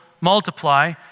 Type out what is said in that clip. multiply